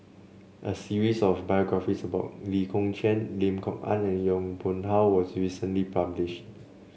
a series of biographies about Lee Kong Chian Lim Kok Ann and Yong Pung How was recently published